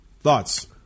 Thoughts